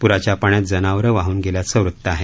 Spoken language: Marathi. प्राच्या पाण्यात जनावरं वाहन गेल्याचं वृत्त आहे